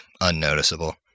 unnoticeable